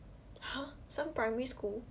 !huh! some primary school